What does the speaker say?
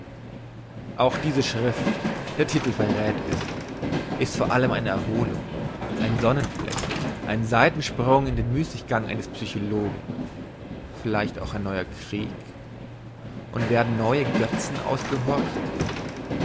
auch diese schrift der titel verräth es ist vor allem eine erholung ein sonnenfleck ein seitensprung in den müssiggang eines psychologen vielleicht auch ein neuer krieg und werden neue götzen ausgehorcht